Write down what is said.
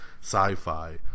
sci-fi